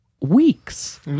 weeks